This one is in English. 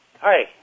Hi